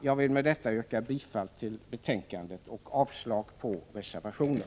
Jag yrkar bifall till utskottets hemställan och avslag på reservationen.